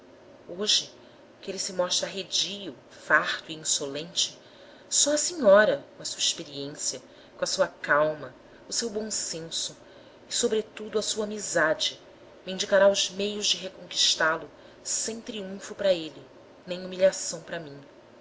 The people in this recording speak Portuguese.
hoje que ele se mostra arredio farto e insolente só a senhora com a sua experiência a sua calma o seu bom senso e sobre tudo a sua amizade me indicará os meios de reconquistá-lo sem triunfo para ele nem humilhação para mim